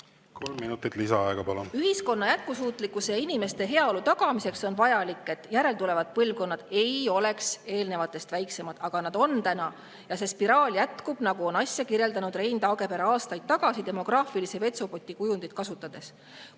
Ühiskonna jätkusuutlikkuse ja inimeste heaolu tagamiseks on vajalik, et järeltulevad põlvkonnad ei oleks eelnevatest väiksemad, aga nad on täna, ja see spiraal jätkub, nagu on asja kirjeldanud Rein Taagepera aastaid tagasi demograafilise vetsupoti kujundit kasutades.